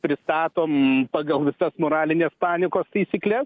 pristatom pagal visas moralinės panikos taisykles